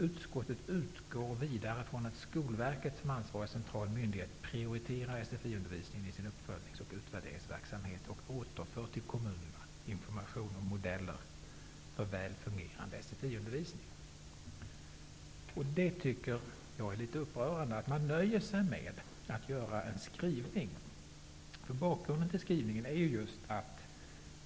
Utskottet utgår vidare från att Skolverket, som ansvarig central myndighet, prioriterar SFI-undervisningen i sin uppföljningsoch utvärderingsverksamhet och till kommunerna återför information och modeller för väl fungerande SFI-undervisning. Jag tycker att det är upprörande att man nöjer sig med att göra en skrivning. Bakgrunden till skrivningen är just att bl.a.